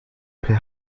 per